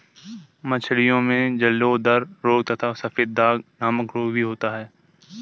मछलियों में जलोदर रोग तथा सफेद दाग नामक रोग भी होता है